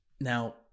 Now